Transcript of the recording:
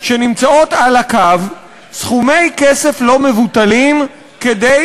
שנמצאות על הקו סכומי כסף לא מבוטלים כדי